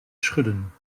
schudden